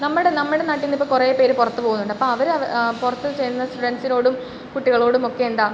നമ്മുടെ നമ്മുടെ നാട്ടീന്നിപ്പോൾ കുറെ പേര് പുറത്ത് പോവുന്നുണ്ട് അപ്പം അവർ പുറത്ത് ചെന്ന് ഫ്രണ്ട്സിനോടും കുട്ടികളോടും ഒക്കെ എന്താ